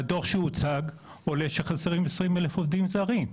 מהדוח שהוצג, עולה שחסרים 20,000 עובדים זרים.